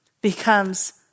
becomes